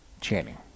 Channing